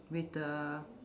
with the